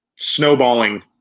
snowballing